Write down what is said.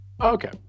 okay